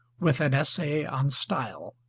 with an essay on style,